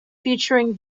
featuring